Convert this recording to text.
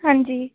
हांजी